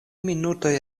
minutoj